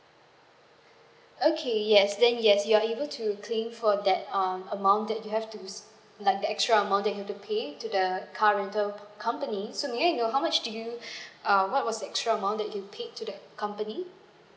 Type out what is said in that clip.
okay yes then yes you are able to claim for that um amount that you have to like the extra amount that you have to pay to the car rental company so may I know how much do you uh what was extra amount that you paid to that company